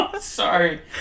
Sorry